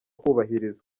kubahirizwa